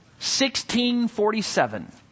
1647